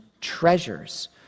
treasures